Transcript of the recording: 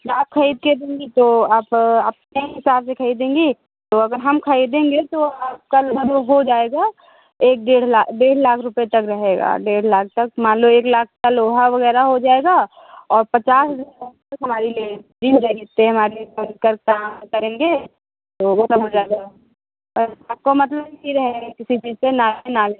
आप ख़रीद के देंगी तो आप अपने हिसाब से ख़रीदेंगी तो अगर हम ख़रीदेंगे तो आपका लगभग हो जाएगा एक डेढ़ लाख डेढ़ लाख रुपये तक रहेगा डेढ़ लाख तक मान लो एक लाख का लोहा वग़ैरह हो जाएगा और पचास हज़ार हमारी लेबरी हो जाएगी इतने हमारे करेंगे तो वह सब हो जाएगा और आपका मतलब नहीं रहेगा किसी चीज़ से